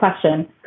question